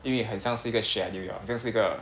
因为很像是一个 schedule 好像是一个